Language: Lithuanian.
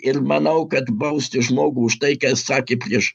ir manau kad bausti žmogų už tai ką jis sakė prieš